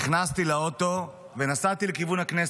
נכנסתי לאוטו ונסעתי לכיוון הכנסת.